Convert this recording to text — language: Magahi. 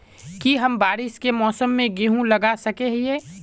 की हम बारिश के मौसम में गेंहू लगा सके हिए?